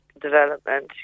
development